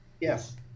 Yes